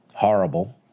horrible